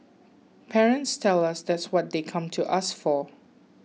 parents tell us that's what they come to us for